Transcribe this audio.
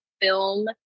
film